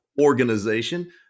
Organization